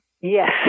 Yes